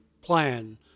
plan